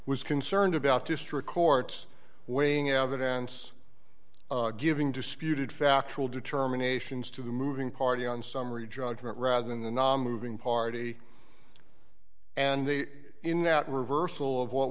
was concerned about district courts weighing evidence giving disputed factual determinations to the moving party on summary judgment rather than the namu ving party and they in that reversal of what